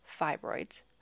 fibroids